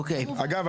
אגב,